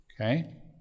Okay